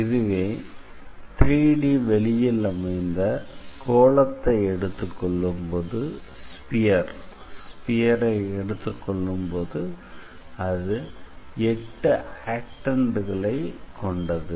இதுவே 3Dவெளியில் அமைந்த கோளத்தை எடுத்துக்கொள்ளும்போது அது 8 ஆக்டெண்ட் களை கொண்டது